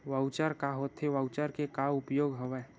Voucher का होथे voucher के का उपयोग हवय?